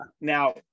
Now